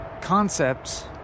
concepts